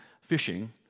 fishing